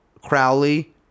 Crowley